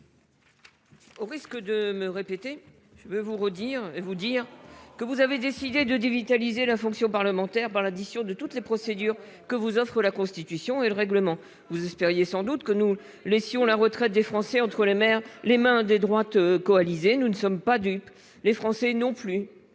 frères ...... à mon tour, je vous le dis : vous avez décidé de dévitaliser la fonction parlementaire par l'addition de toutes les procédures que vous offrent la Constitution et le règlement du Sénat. Vous espériez sans doute que nous laisserions la retraite des Français entre les mains des droites coalisées. Nous ne sommes pas dupes, les Français non plus.